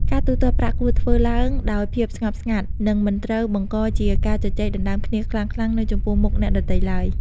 ការទូទាត់ប្រាក់គួរធ្វើឡើងដោយភាពស្ងៀមស្ងាត់ និងមិនត្រូវបង្កជាការជជែកដណ្ដើមគ្នាខ្លាំងៗនៅចំពោះមុខអ្នកដទៃឡើយ។